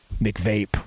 McVape